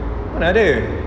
mana ada